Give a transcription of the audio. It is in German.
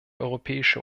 europäische